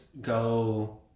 go